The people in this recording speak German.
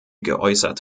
geäußert